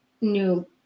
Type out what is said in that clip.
new